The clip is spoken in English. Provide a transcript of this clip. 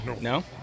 no